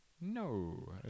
No